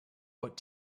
what